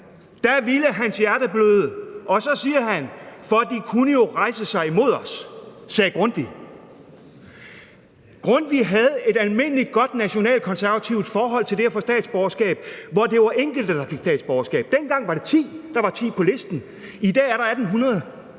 da vil hans hjerte bløde, og så siger han: for de kunne jo rejse sig imod os. Det sagde Grundtvig. Grundtvig havde et almindelig godt nationalkonservativt forhold til det at få statsborgerskab, hvor det var enkelte, der fik statsborgerskab. Dengang var det ti, der var ti på listen, i dag er der 1.800.